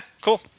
cool